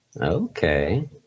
Okay